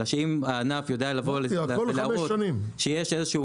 אלא שאם הענף יודע להראות שיש איזשהו